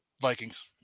Vikings